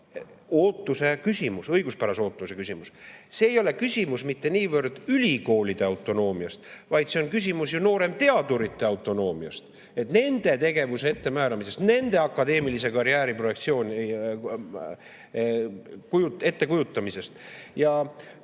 ootuse küsimus, õiguspärase ootuse küsimus. See ei ole küsimus mitte niivõrd ülikoolide autonoomiast, vaid see on küsimus ju nooremteadurite autonoomiast, nende tegevuse ettemääramisest, nende akadeemilise karjääri projektsiooni ettekujutamisest. Kogu